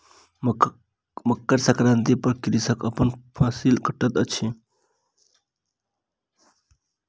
मकर संक्रांति पर कृषक अपन फसिल कटैत अछि